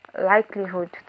likelihood